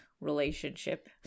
relationship